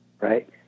right